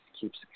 keeps